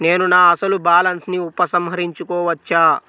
నేను నా అసలు బాలన్స్ ని ఉపసంహరించుకోవచ్చా?